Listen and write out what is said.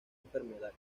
enfermedad